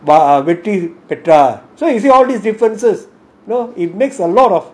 but ah வெற்றிபெற்ற:vetri petra so you see all these differences it makes a lot of